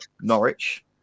Norwich